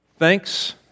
Thanks